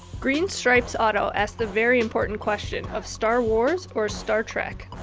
green stripes auto asked a very important question of star wars or star trek?